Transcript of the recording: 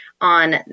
on